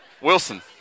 Wilson